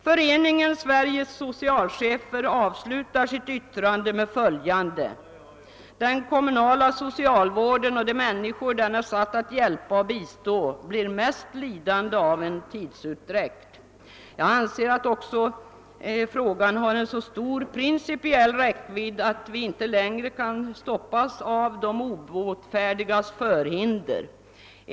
Föreningen Sveriges socialchefer avslutar sitt yttrande med följande ord: >Den kommunala socialvården och de människor den är satt att hjälpa och bistå blir mest lidande av en tidsutdräkt.> Jag anser att frågan har så stor principiell räckvidd att vi inte längre kan stoppas av de obotfärdigas förhinder.